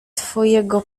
twojego